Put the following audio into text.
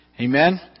Amen